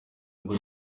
ngo